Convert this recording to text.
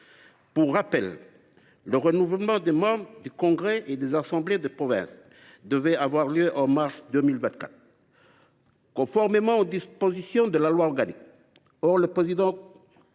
Pour rappel, le renouvellement des membres du congrès de la Nouvelle Calédonie et des assemblées de province devait avoir lieu en mai 2024, conformément aux dispositions de la loi organique.